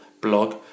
blog